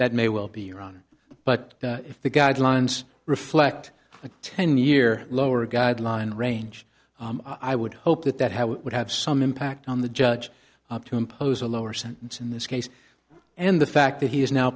that may well be run but if the guidelines reflect a ten year low or a guideline range i would hope that that how it would have some impact on the judge up to impose a lower sentence in this case and the fact that he is now